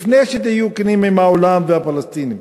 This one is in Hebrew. לפני שתהיו כנים עם העולם והפלסטינים,